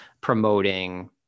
promoting